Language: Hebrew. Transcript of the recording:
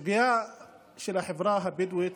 הסוגיה של החברה הבדואית